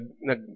nag